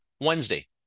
Wednesday